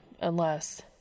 unless